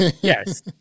Yes